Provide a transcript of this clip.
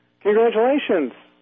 congratulations